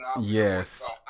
Yes